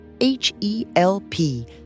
H-E-L-P